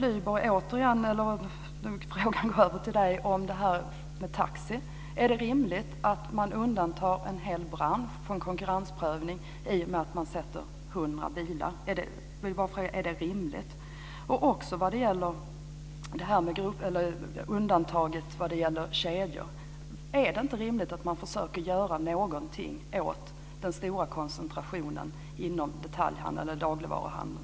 När det gäller undantaget för kedjor undrar jag om det inte är rimligt att man försöker göra någonting åt den stora koncentrationen inom detaljhandeln eller dagligvaruhandeln.